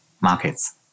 markets